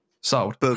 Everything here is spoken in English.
Sold